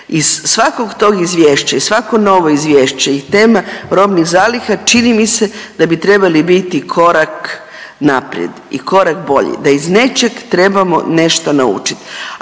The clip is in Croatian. Iz svakog tog izvješća, svako novo izvješće i tema robnih zaliha čini mi se da bi trebali biti korak naprijed i korak bolji da iz nečeg trebamo nešto naučiti.